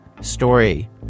story